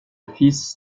fils